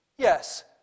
Yes